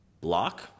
block